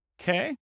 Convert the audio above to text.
Okay